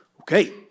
Okay